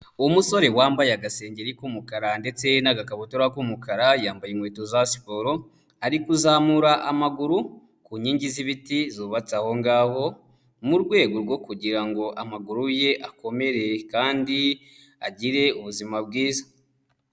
Umusore wambaye agasengeri k'umukara ndetse n'agakabutura k'umukara, yambaye inkweto za siporo, ari kuzamura amaguru ku nkingi z'ibiti zubatse aho ngaho, mu rwego rwo kugira ngo amaguru ye akomere kandi agire ubuzima bwiza.